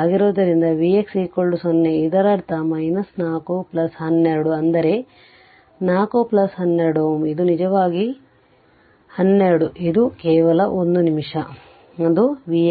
ಆಗಿರುವುದರಿಂದ Vx 0 ಇದರರ್ಥ 4 12 Ω ಅಂದರೆ 4 12 Ω ಇದು ನಿಜವಾಗಿ ಅದು 12 ಇದು ಕೇವಲ 1 ನಿಮಿಷ ಅದು Vx 0